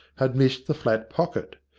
had missed the flat pocket.